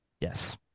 yes